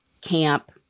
camp